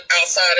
outside